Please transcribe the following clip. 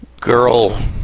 girl